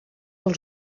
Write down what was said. els